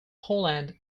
poland